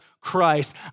Christ